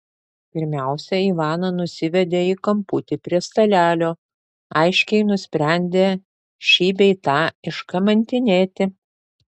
pirmiausia ivaną nusivedė į kamputį prie stalelio aiškiai nusprendę šį bei tą iškamantinėti